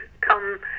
come